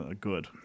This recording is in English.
Good